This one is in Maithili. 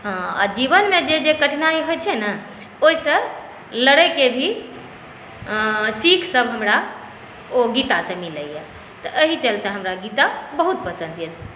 हँ आ जीवनमे जे जे कठिनाइ होइत छै ने ओहिसँ लड़यके भी सीखसभ हमरा ओ गीतासँ मिलैए तऽ एहि चलते हमरा गीता बहुत पसन्द यए